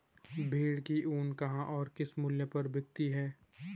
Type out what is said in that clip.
भेड़ की ऊन कहाँ और किस मूल्य पर बिकती है?